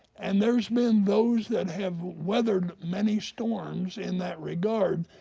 and there has been those that have weathered many storms in that regard,